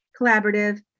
collaborative